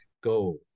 Go